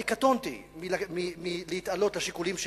אני קטונתי מלהתעלות על השיקולים שלו.